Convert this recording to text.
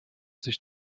sich